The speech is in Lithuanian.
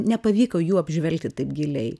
nepavyko jų apžvelgti taip giliai